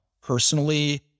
Personally